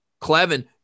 Clevin